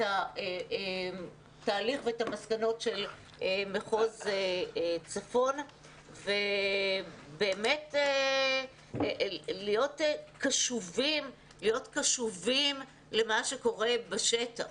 התהליך ואת המסקנות של מחוז צפון ובאמת להיות קשובים למה שקורה בשטח.